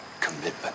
Commitment